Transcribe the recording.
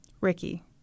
Ricky